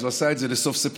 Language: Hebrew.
אז הוא עשה את זה לסוף ספטמבר.